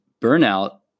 burnout